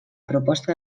proposta